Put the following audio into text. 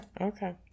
okay